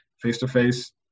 face-to-face